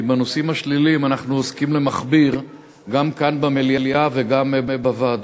כי בנושאים השליליים אנחנו עוסקים למכביר גם כאן במליאה וגם בוועדות.